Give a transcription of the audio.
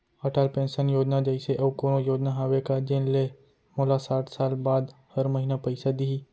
Atal pension Yojana जइसे अऊ कोनो योजना हावे का जेन ले मोला साठ साल बाद हर महीना पइसा दिही?